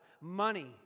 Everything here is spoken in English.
money